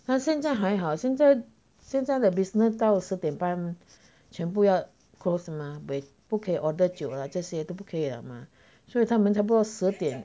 他现在还好现在现在 the business 到四点半全部要 close 吗不可以 order 酒了这些都不可以了嘛所以他们差不多十点